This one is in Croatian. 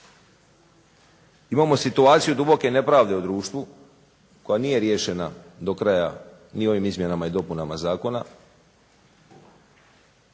Imamo situaciju duboke nepravde u društvu koja nije riješena do kraja ni ovim izmjenama i dopunama zakona